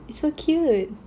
so cute